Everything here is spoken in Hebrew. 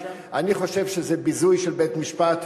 אני חושב שזה ביזוי של בית-המשפט,